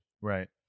Right